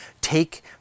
take